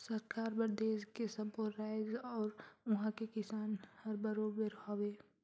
सरकार बर देस के सब्बो रायाज अउ उहां के किसान हर बरोबर हवे